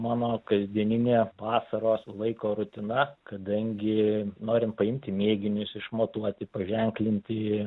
mano kasdieninė vasaros laiko rutina kadangi norim paimti mėginius išmatuoti paženklinti